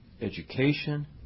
education